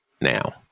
now